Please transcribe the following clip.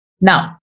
Now